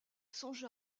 songea